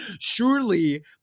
surely